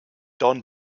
don